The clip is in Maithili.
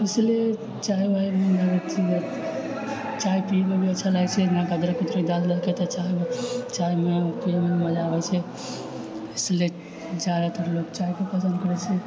इसलिए चाय वाय चाय पियैमे भी अच्छा लागैत छै जेनाकि अदरक ओदरक डाल देलकै तऽ चायमे पियैमे मजा आबैत छै इसलिए जादातर लोग चायके पसन्द करैत छै